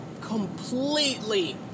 completely